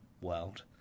world